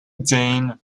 dane